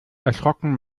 erschrocken